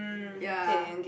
ya